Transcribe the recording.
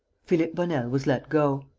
philippe bonel was let go.